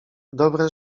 dobre